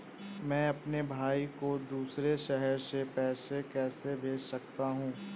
मैं अपने भाई को दूसरे शहर से पैसे कैसे भेज सकता हूँ?